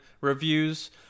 reviews